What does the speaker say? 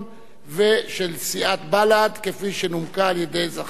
ושל סיעת בל"ד, כפי שנומקה על-ידי זחאלקה.